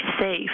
safe